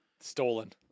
Stolen